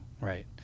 Right